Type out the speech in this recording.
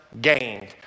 gained